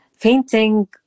painting